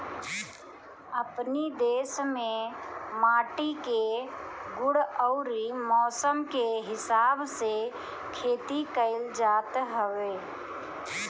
अपनी देस में माटी के गुण अउरी मौसम के हिसाब से खेती कइल जात हवे